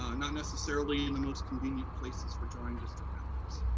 um not necessarily in the most convenient places for drawing district boundaries.